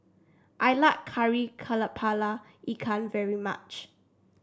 I like Kari kepala Ikan very much